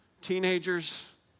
teenagers